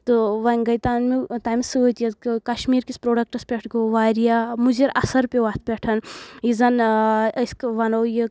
تہٕ وۄنۍ گٔے تَمہِ تَمہِ سۭتۍ یَتھ کشمیٖر کِس پروڈکٹَس پؠٹھ گوٚو واریاہ مُضِر اَثر پیٚو اَتھ پؠٹھ یُس زَن أسۍ وَنو یہِ